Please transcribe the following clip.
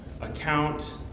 account